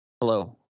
hello